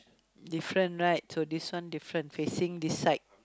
different right so this one different facing this side